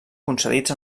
concedits